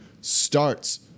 starts